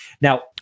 Now